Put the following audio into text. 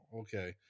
okay